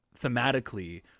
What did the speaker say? thematically